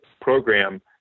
program